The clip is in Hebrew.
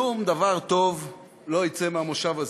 שום דבר טוב לא יצא מהמושב הזה.